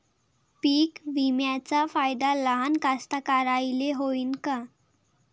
पीक विम्याचा फायदा लहान कास्तकाराइले होईन का?